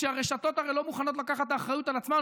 כשהרשתות הרי לא מוכנות לקחת את האחריות על עצמן,